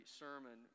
sermon